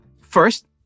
First